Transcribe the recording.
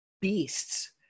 beasts